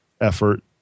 effort